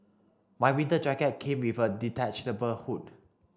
my winter jacket came with a detachable hood